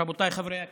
רבותיי חברי הכנסת,